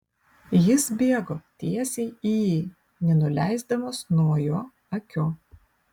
jis bėgo tiesiai į jį nenuleisdamas nuo jo akių